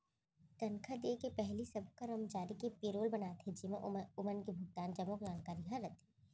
तनखा दिये के पहिली सब्बो करमचारी के पेरोल बनाथे जेमा ओमन के भुगतान के जम्मो जानकारी ह रथे